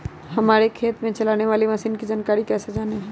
हमारे खेत में चलाने वाली मशीन की जानकारी कैसे जाने?